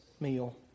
meal